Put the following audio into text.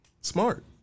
Smart